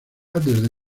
desde